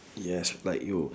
yes like you